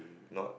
not